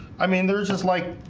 i mean there's just like